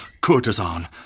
courtesan